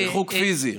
ריחוק פיזי,